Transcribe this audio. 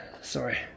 Sorry